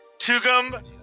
Tugum